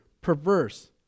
perverse